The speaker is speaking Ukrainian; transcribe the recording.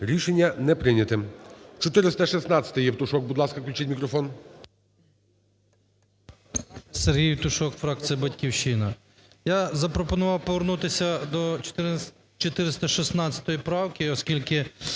Рішення не прийняте.